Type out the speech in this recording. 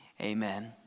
amen